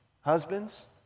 husbands